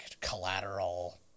collateral